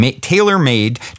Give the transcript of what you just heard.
tailor-made